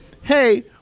hey